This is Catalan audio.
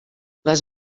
les